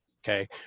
Okay